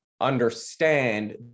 understand